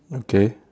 okay